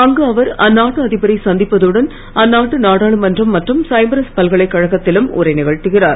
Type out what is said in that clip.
அங்கு அவர் அந்நாட்டு அதிபரை சந்திப்பதுடன் அந்நாட்டு நாடாளுமன்றம் மற்றும் சைப்ரஸ் பல்கலைக்கழகத்திலும் உரை நிகழ்த்துகிறார்